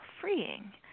freeing